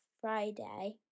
Friday